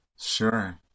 Sure